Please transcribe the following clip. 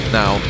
now